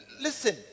Listen